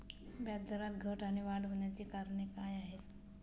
व्याजदरात घट आणि वाढ होण्याची कारणे काय आहेत?